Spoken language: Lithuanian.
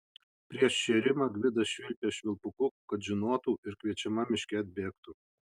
prieš šėrimą gvidas švilpė švilpuku kad žinotų ir kviečiama miške atbėgtų